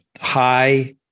high